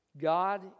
God